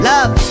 Love